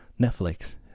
Netflix